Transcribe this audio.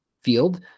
field